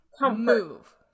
move